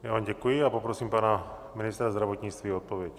Já vám děkuji a poprosím pana ministra zdravotnictví o odpověď.